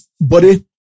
Buddy